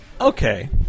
okay